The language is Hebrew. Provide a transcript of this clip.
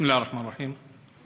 בסם אללה א-רחמאן א-רחים.